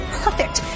perfect